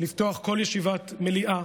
לפתוח כל ישיבת מליאה,